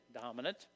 dominant